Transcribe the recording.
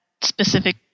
specific